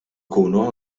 jkunu